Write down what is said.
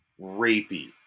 rapey